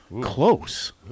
Close